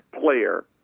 player